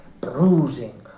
bruising